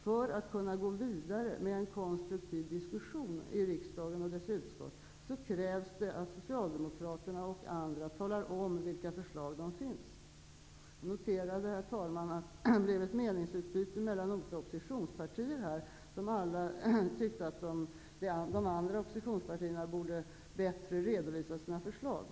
För att kunna gå vidare med en konstruktiv diskussion i riksdagen och dess utskott krävs det att Socialdemokraterna och andra talar om vilka förslag som finns. Jag noterade, herr talman, att vid ett meningsutbyte mellan olika oppositionspartier tyckte alla att de andra oppositionspartierna bättre borde redovisa sina förslag.